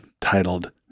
titled